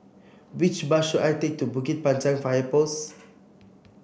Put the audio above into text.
which bus should I take to Bukit Panjang Fire Post